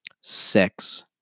six